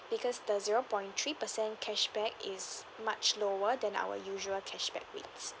because the zero point three percent cashback is much lower than our usual cashback rates